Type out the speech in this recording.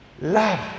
love